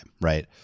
right